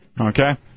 okay